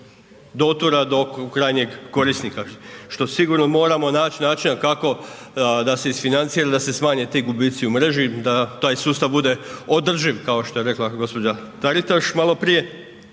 dotura do krajnjeg korisnika, što sigurno moramo naći načina kako da se isfinancira, da se smanje ti gubici u mreži, da taj sustav bude održiv, kao što je rekla gospođa Taritaš maloprije.